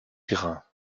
grains